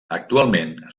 actualment